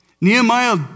Nehemiah